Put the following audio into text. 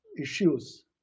issues